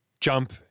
jump